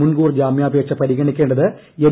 മുൻകൂർ ജാമ്യാപേക്ഷ പരിഗണിക്കേണ്ടത് എൻ